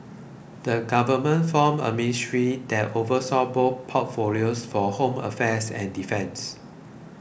the government formed a ministry that oversaw both portfolios for home affairs and defence